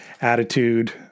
attitude